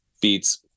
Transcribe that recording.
beats